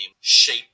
shape